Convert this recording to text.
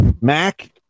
Mac